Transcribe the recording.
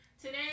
Today